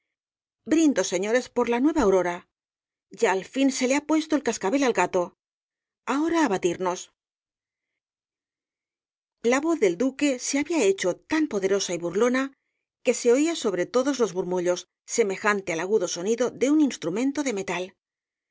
brindo señores por la nueva aurora ya al fin se le ha puesto el cascabel al gato ahora á batirnos la voz del duque se había hecho tan poderosa y burlona que se oía sobre todos los murmullos semejante al agudo sonido de un instrumento de metal